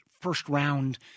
first-round